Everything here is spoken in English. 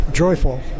Joyful